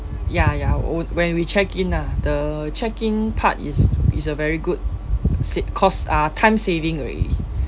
ya ya wh~ when we check in ah the check in part is is a very good sa~ cost uh time saving already